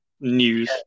news